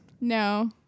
no